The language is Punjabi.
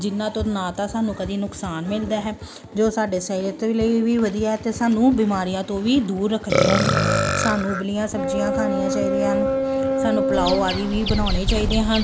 ਜਿਨ੍ਹਾਂ ਤੋਂ ਨਾ ਤਾਂ ਸਾਨੂੰ ਕਦੀ ਨੁਕਸਾਨ ਮਿਲਦਾ ਹੈ ਜੋ ਸਾਡੇ ਸਿਹਤ ਲਈ ਵੀ ਵਧੀਆ ਹੈ ਅਤੇ ਸਾਨੂੰ ਬਿਮਾਰੀਆਂ ਤੋਂ ਵੀ ਦੂਰ ਰੱਖਦੇ ਹਨ ਸਾਨੂੰ ਉਬਲੀਆਂ ਸਬਜ਼ੀਆਂ ਖਾਣੀਆਂ ਚਾਹੀਦੀਆਂ ਹਨ ਸਾਨੂੰ ਪੁਲਾਓ ਆਦਿ ਵੀ ਬਣਾਉਣੇ ਚਾਹੀਦੇ ਹਨ